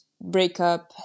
breakup